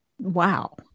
Wow